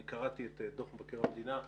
אני קראתי את דוח מבקר המדינה.